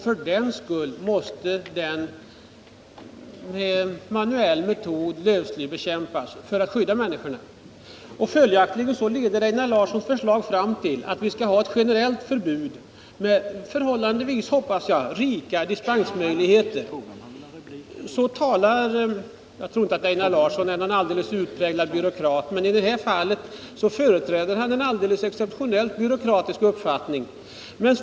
För den skull måste den lövslybekämpas med manuella 153 metoder för att skydda människorna. Följaktligen leder Einar Larssons förslag fram till att vi skall ha ett generellt förbud med. hoppas jag. förhållandevis rika dispensmöjligheter. Jag tror inte att Einar Larsson är en utpräglad byråkrat, men i detta fall företräder han en exceptionellt byråkratisk uppfattning.